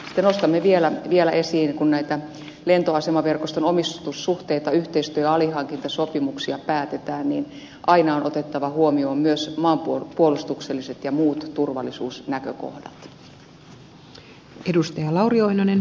sitten nostamme vielä esiin että kun näitä lentoasemaverkoston omistussuhteita yhteistyö ja alihankintasopimuksia päätetään niin aina on otettava huomioon myös maanpuolustukselliset ja muut turvallisuusnäkökohdat